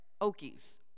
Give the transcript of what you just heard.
Okies